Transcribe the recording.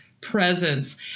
presence